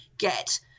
Get